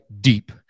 deep